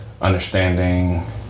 understanding